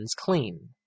clean